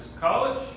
college